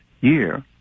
year